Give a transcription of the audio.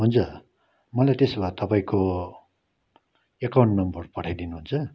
हुन्छ मलाई त्यसो भए तपाईँको अकाउन्ट नम्बर पठाइ दिनुहुन्छ